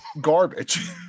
garbage